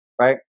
right